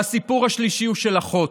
והסיפור השלישי הוא של אחות,